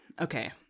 Okay